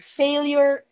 failure